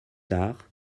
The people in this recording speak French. tard